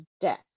death